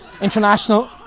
international